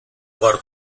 por